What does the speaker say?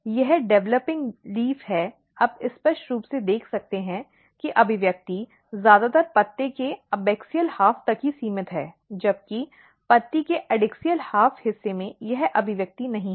यह developing leaf है आप स्पष्ट रूप से देख सकते हैं कि अभिव्यक्ति ज्यादातर पत्ते के एबैक्सियल आधे तक ही सीमित है जबकि पत्ती के एडैक्सियल आधे हिस्से में यह अभिव्यक्ति नहीं है